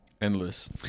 Endless